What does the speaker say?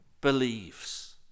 believes